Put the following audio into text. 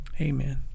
Amen